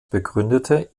begründete